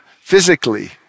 physically